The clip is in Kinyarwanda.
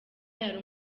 yari